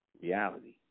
reality